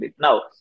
Now